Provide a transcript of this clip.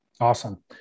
Awesome